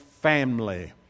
family